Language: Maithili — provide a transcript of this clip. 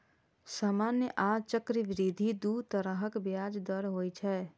सामान्य आ चक्रवृद्धि दू तरहक ब्याज दर होइ छै